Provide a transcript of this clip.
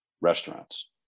restaurants